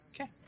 okay